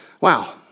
Wow